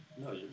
no